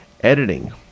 editing